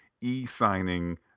e-signing